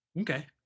Okay